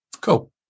Cool